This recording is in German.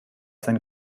sein